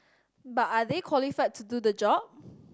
but are they qualified to do the job